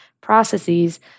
processes